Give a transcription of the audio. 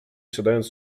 siadając